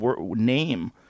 name